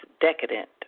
decadent